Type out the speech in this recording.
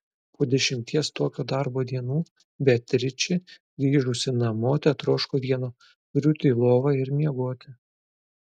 po dešimties tokio darbo dienų beatričė grįžusi namo tetroško vieno griūti į lovą ir miegoti